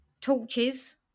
torches